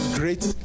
great